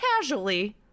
casually